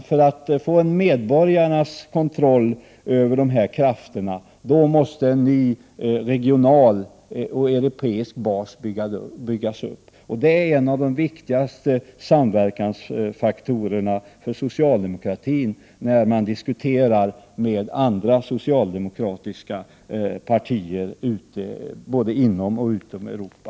För att få en medborgarnas kontroll över dessa krafter måste en ny regional och europeisk bas byggas upp. Det är en av de viktigaste samverkansfaktorerna för socialdemokratin när man diskuterar med andra socialdemokratiska partier både inom och utom Europa.